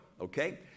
okay